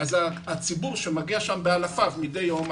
הציבור מגיע שם באלפיו מידי יום,